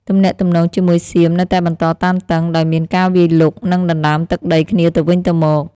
ទំនាក់ទំនងជាមួយសៀមនៅតែបន្តតានតឹង ដោយមានការវាយលុក និងដណ្តើមទឹកដីគ្នាទៅវិញទៅមក។